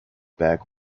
back